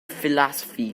philosophy